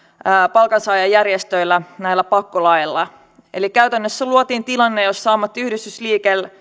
palkansaajajärjestöjä pakkolaeilla eli käytännössä luotiin tilanne jossa ammattiyhdistysliikkeellä